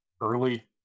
early